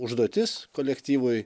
užduotis kolektyvui